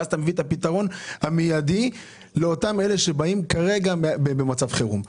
ואז אתה מביא את הפתרון המיידי לאותם אלה שבאים כרגע במצב חירום,